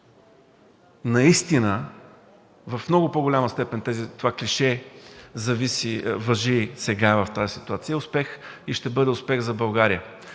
наистина в много по-голяма степен това клише важи сега, в тази ситуация – ще бъде и успех за България.